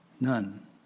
None